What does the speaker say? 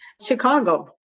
Chicago